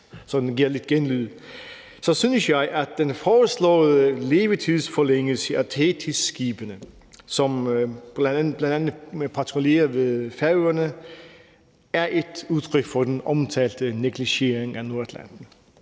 en konkret sag op synes jeg, at den foreslåede levetidsforlængelse af Thetisskibene, som bl.a. patruljerer ved Færøerne, er et udtryk for den omtalte negligering af Nordatlanten.